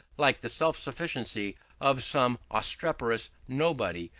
like the self-sufficiency of some obstreperous nobody,